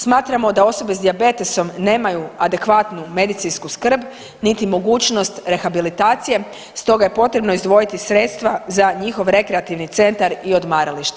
Smatramo da osobe s dijabetesom nemaju adekvatnu medicinsku skrb niti mogućnost rehabilitacije, stoga je potrebno izdvojiti sredstva za njihov rekreativni centar i odmaralište.